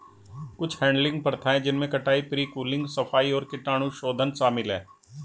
कुछ हैडलिंग प्रथाएं जिनमें कटाई, प्री कूलिंग, सफाई और कीटाणुशोधन शामिल है